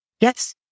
Yes